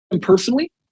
personally